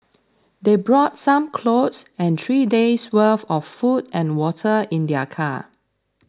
they brought some clothes and three days' worth of food and water in their car